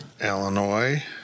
Illinois